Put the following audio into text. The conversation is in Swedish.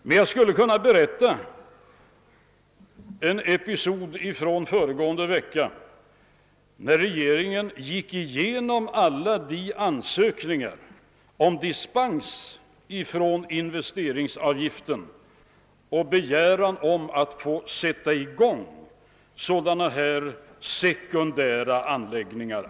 Men jag skulle kunna berätta en cpisod från föregående vecka, när regeringen gick igenom alla ansökningar om dispens från investeringsavgiften och begäran om att få sätta i gång sådana här sekundära anläggningar.